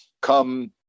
come